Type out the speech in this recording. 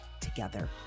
together